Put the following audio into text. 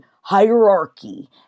hierarchy